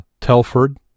Telford